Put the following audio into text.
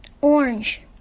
Orange